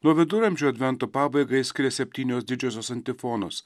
nuo viduramžių advento pabaigą skiria septynios didžiosios antifonos